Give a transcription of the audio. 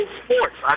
sports